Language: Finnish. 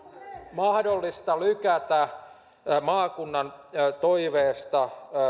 mahdollista lykätä maakunnan toiveesta